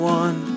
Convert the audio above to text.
one